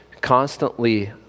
constantly